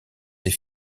ses